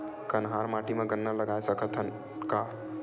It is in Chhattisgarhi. कन्हार माटी म गन्ना लगय सकथ न का?